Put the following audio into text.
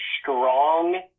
strong